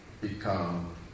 become